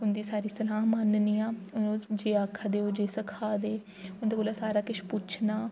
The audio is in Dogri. उं'दी सारी सलाह् मनन्नी आं ओह् जे आखदे ओह् जे सखाऽ दे उं'दे कोला सारा किश पुच्छना